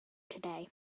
today